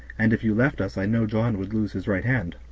and if you left us i know john would lose his right hand.